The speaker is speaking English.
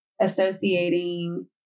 associating